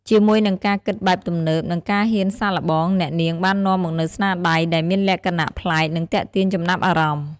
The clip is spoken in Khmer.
ជាមួយនឹងការគិតបែបទំនើប និងការហ៊ានសាកល្បង អ្នកនាងបាននាំមកនូវស្នាដៃដែលមានលក្ខណៈប្លែក និងទាក់ទាញចំណាប់អារម្មណ៍។